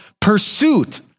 pursuit